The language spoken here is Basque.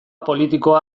politikoa